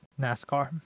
NASCAR